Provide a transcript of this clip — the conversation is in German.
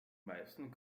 meisten